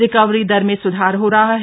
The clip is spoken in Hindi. रिकवरी दर में सुधार हो रहा है